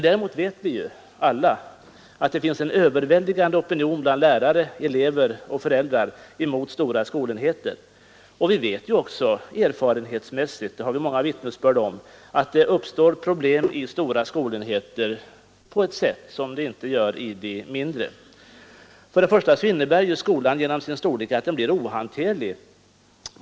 Däremot vet vi alla att det finns en övervägande opinion bland lärare, elever och föräldrar mot stora skolenheter, och vi vet också erfarenhetsmässigt — det har vi många vittnesbörd om — att det uppstår problem i stora skolenheter på ett sätt som det inte gör i mindre. Till att börja med innebär skolans storlek att den blir ohanterlig.